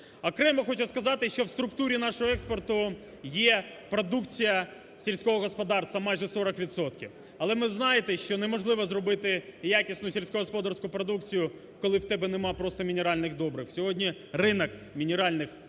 Окремо хочу сказати, що в структурі нашого експорту є продукція сільського господарства, майже 40 відсотків. Але ми знаємо, що неможливо зробити якісну сільськогосподарську продукцію, коли в тебе нема просто мінеральних добрив, сьогодні ринок мінеральних добрив